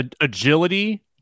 agility